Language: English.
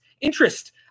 interest